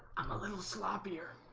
a little sloppier